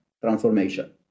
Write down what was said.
transformation